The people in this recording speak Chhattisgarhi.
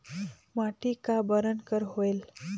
माटी का बरन कर होयल?